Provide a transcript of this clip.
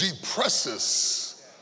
depresses